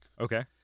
Okay